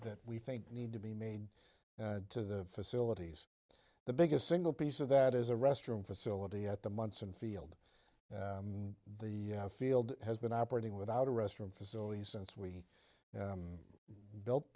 that we think need to be made to the facilities the biggest single piece of that is a restroom facility at the months and field the field has been operating without a restroom facilities since we built